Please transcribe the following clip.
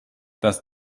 dass